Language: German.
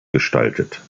gestaltet